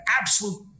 absolute